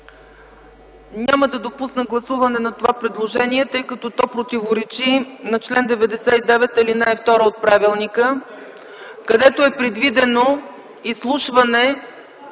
Няма да допусна гласуване на това предложение, тъй като то противоречи на чл. 99, ал. 2 от правилника, където е предвидено изслушване